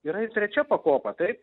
yra ir trečia pakopa taip